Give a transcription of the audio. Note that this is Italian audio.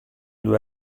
due